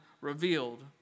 revealed